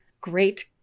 great